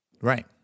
right